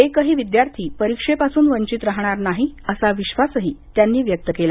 एकही विद्यार्थी परीक्षेपासून वंचित राहणार नाही असा विश्वासही त्यांनी व्यक्त केला